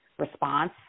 response